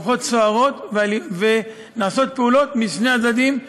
הרוחות סוערות, ונעשות פעולות משני הצדדים.